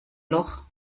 loch